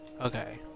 okay